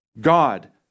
God